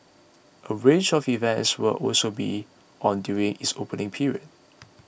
a range of events will also be on during its opening period